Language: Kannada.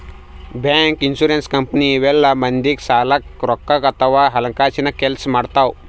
ಬ್ಯಾಂಕ್, ಇನ್ಸೂರೆನ್ಸ್ ಕಂಪನಿ ಇವೆಲ್ಲ ಮಂದಿಗ್ ಸಲ್ಯಾಕ್ ರೊಕ್ಕದ್ ಅಥವಾ ಹಣಕಾಸಿನ್ ಕೆಲ್ಸ್ ಮಾಡ್ತವ್